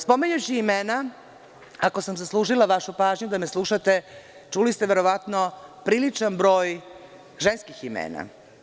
Spominjući imena, ako sam zaslužila vašu pažnju da me slušate, čuli ste verovatno priličan broj ženskih imena.